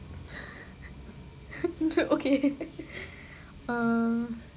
okay um